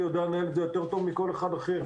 יודע לנהל את זה יותר טוב מכל אחד אחר.